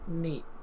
neat